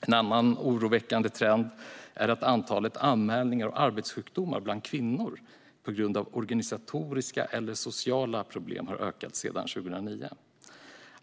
En annan oroväckande trend är att antalet anmälningar av arbetssjukdomar bland kvinnor på grund av organisatoriska eller sociala problem har ökat sedan 2009.